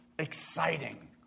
exciting